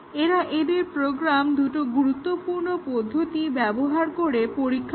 এরা এদের প্রোগ্রাম দুটো গুরুত্বপূর্ণ পদ্ধতি ব্যবহার করে পরীক্ষা করে